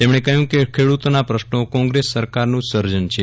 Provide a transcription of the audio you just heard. તેમણે કહ્યું કે ખેડૂતોના પ્રશ્નો કોંગ્રેસ સરકારનું જ સર્જન છે